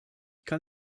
kann